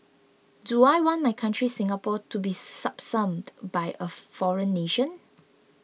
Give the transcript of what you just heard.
do I want my country Singapore to be subsumed by a foreign nation